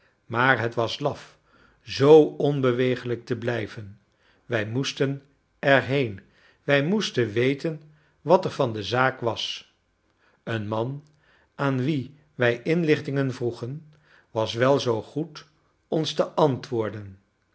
maar het was laf zoo onbeweeglijk te blijven wij moesten erheen wij moesten weten wat er van de zaak was een man aan wien wij inlichtingen vroegen was wel zoo goed ons te antwoorden